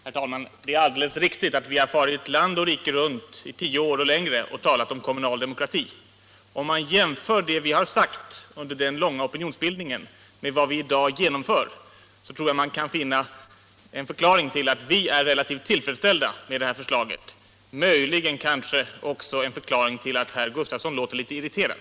Herr talman! Det är alldeles riktigt att vi under tio år och längre har farit land och rike runt och talat om kommunal demokrati. Om man jämför det vi under den långa opinionsbildningen har sagt med vad som i dag genomförs, tror jag att man kan finna en förklaring till att vi liberaler är relativt tillfredsställda med det här förslaget. Man kan då möjligen också få en förklaring till att herr Gustafsson i Ronneby låter litet irriterad.